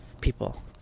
people